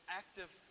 active